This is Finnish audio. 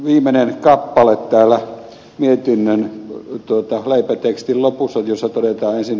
viimeisessä kappaleessa täällä mietinnön leipätekstin lopussa todetaan ensin